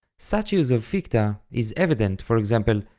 such use of ficta is evident, for example,